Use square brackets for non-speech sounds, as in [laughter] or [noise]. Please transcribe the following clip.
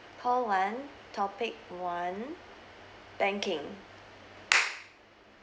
call one topic one banking [noise]